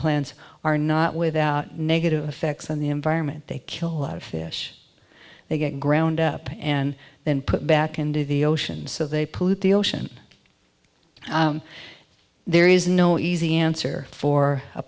plants are not without negative effects on the environment they kill a lot of fish they get ground up and then put back into the ocean so they pollute the ocean there is no easy answer for a